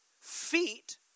Feet